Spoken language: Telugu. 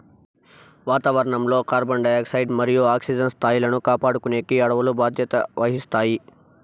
వాతావరణం లో కార్బన్ డయాక్సైడ్ మరియు ఆక్సిజన్ స్థాయిలను కాపాడుకునేకి అడవులు బాధ్యత వహిస్తాయి